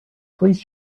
please